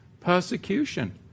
persecution